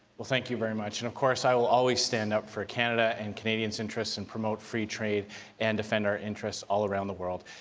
thank you very much. and, of course, i will always stand up for canada and canadians' interests and promote free trade and defend our interests all around the world,